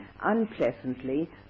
unpleasantly